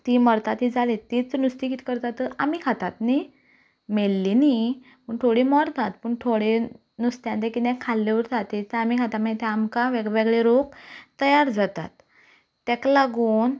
तीं मरता तीं जालींत तींच नुस्तीं कितें करतात आमी खातात न्हय मेल्लीं न्हय पूण थोडी मरतात पूण थोड्यां नुस्त्यांनी तें कितें खाल्लें उरता तेंच आमी खाता मागीर ते आमकां वेगवेगळे रोग तयार जातात ताका लागून